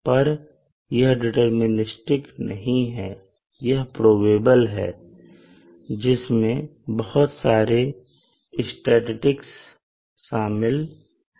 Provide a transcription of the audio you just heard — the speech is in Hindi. पर यह डिटरमिनिस्टिक नहीं है यह प्रोबेबल है जिसमें बहुत सारे स्टटिस्टिक्स शामिल हैं